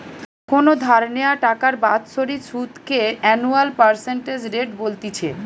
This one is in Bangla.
কোনো ধার নেওয়া টাকার বাৎসরিক সুধ কে অ্যানুয়াল পার্সেন্টেজ রেট বলতিছে